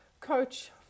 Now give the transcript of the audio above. coach